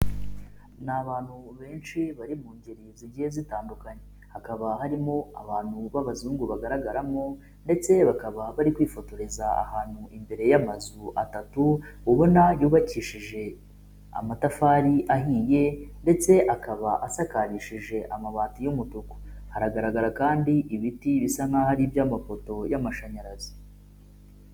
Ni abantu benshi bari mu ngeri zigiye zitandukanye hakaba harimo abantu b'abazungu bagaragaramo ndetse bakaba bari kwifotoreza ahantu imbere y'amazu atatu ubona yubakishije amatafari ahinye ndetse akaba asakarishije amabati y'umutuku, hagaragara kandi ibiti bisa nk'aho ari iby'amapoto y'amashanyarazi